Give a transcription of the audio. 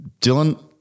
Dylan